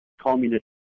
communist